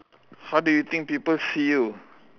how did you think people see you